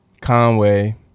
Conway